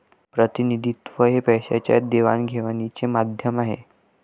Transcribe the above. प्रतिनिधित्व हे पैशाच्या देवाणघेवाणीचे माध्यम आहे